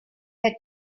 had